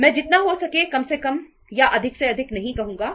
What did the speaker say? मैं जितना हो सके कम से कम या अधिक से अधिक नहीं कहूंगा